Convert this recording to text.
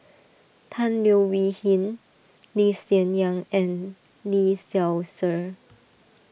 Tan Leo Wee Hin Lee Hsien Yang and Lee Seow Ser